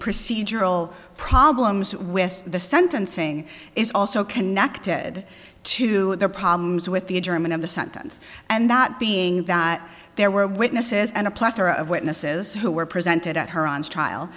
procedural problems with the sentencing is also connected to the problems with the german in the sentence and that being that there were witnesses and a plethora of witnesses who were presented at her on trial